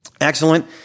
excellent